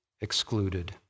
excluded